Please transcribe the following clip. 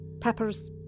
Peppers